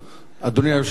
אדוני היושב-ראש,